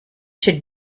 should